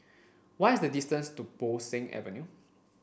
why is the distance to Bo Seng Avenue